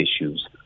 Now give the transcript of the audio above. issues